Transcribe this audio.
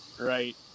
Right